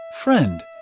Friend